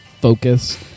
focus